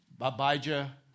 Abijah